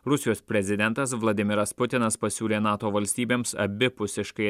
rusijos prezidentas vladimiras putinas pasiūlė nato valstybėms abipusiškai